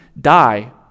die